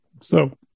So-